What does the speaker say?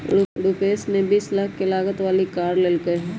रूपश ने बीस लाख के लागत वाली कार लेल कय है